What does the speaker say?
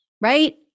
Right